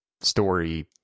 story